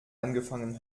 angefangen